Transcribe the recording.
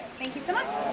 thank you so much